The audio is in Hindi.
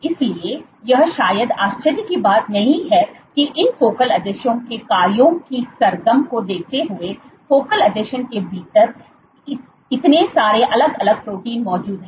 इसलिए यह शायद आश्चर्य की बात नहीं है कि इन फोकल आसंजनों के कार्यों की सरगम को देखते हुए फोकल आसंजन के भीतर इतने सारे अलग अलग प्रोटीन मौजूद हैं